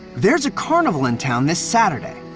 there's a carnival in town this saturday.